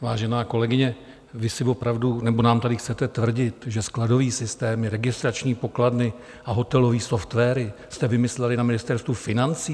Vážená kolegyně, vy opravdu nám tady chcete tvrdit, že skladový systém registrační pokladny a hotelové softwary jste vymysleli na Ministerstvu financí?